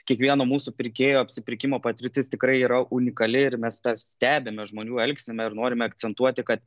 kiekvieno mūsų pirkėjo apsipirkimo patirtis tikrai yra unikali ir mes tas stebime žmonių elgseną ir norime akcentuoti ka